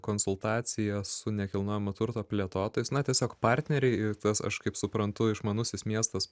konsultaciją su nekilnojamo turto plėtotojais na tiesiog partneriai ir tas aš kaip suprantu išmanusis miestas